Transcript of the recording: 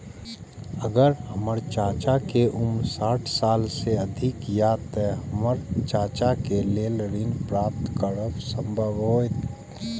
अगर हमर चाचा के उम्र साठ साल से अधिक या ते हमर चाचा के लेल ऋण प्राप्त करब संभव होएत?